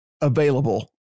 available